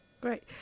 great